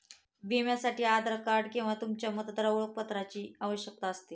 विम्यासाठी आधार कार्ड किंवा तुमच्या मतदार ओळखपत्राची आवश्यकता असते